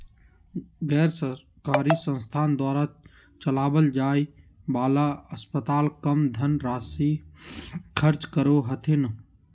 गैर सरकारी संस्थान द्वारा चलावल जाय वाला अस्पताल कम धन राशी खर्च करो हथिन